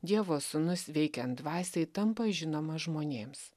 dievo sūnus veikiant dvasiai tampa žinomas žmonėms